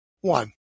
one